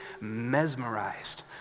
mesmerized